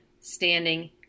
standing